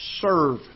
serve